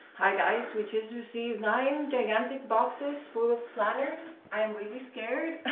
hi guys, we just received nine gigantic boxes full of planners. i'm really scared